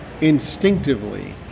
instinctively